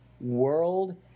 world